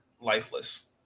lifeless